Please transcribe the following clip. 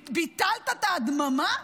ביטלת את ההדממה?